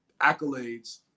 accolades